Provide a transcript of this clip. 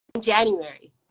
January